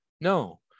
No